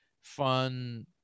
fun